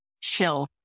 chill